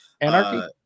Anarchy